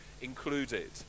included